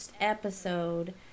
episode